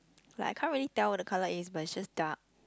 like can't really tell what the colour is but just dark